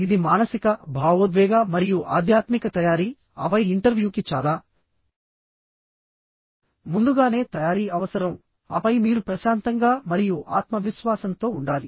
ఇది మానసికభావోద్వేగ మరియు ఆధ్యాత్మిక తయారీఆపై ఇంటర్వ్యూకి చాలా ముందుగానే తయారీ అవసరంఆపై మీరు ప్రశాంతంగా మరియు ఆత్మవిశ్వాసంతో ఉండాలి